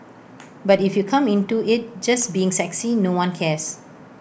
but if you come into IT just being sexy no one cares